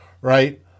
right